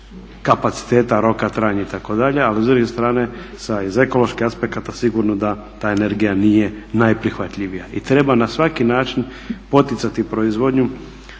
kapaciteta, roka trajanja itd., ali s druge strane s ekoloških aspekata sigurno da ta energija nije najprihvatljivija. I treba na svaki način poticati proizvodnju